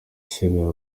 sebeya